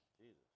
Jesus